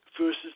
versus